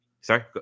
sorry